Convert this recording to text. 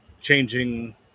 changing